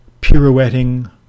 pirouetting